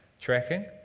Tracking